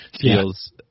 feels